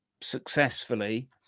successfully